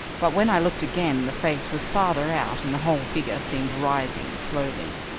but when i looked again the face was farther out and the whole figure seemed rising slowly.